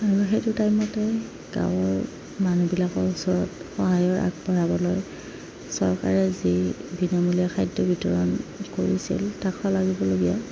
আৰু সেইটো টাইমতে গাঁৱৰ মানুহবিলাকৰ ওচৰত সহায়ৰ আগবঢ়াবলৈ চৰকাৰে যি বিনামূলীয়া খাদ্য বিতৰণ কৰিছিল তাক শলাগিবলগীয়া